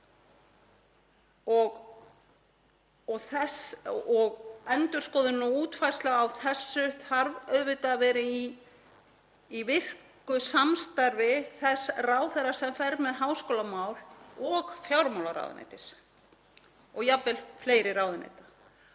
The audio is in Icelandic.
Endurskoðun og útfærsla á þessu þarf auðvitað að vera í virku samstarfi þess ráðherra sem fer með háskólamál og fjármálaráðuneytis og jafnvel fleiri ráðuneyta